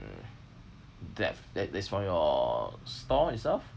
that that's from your store itself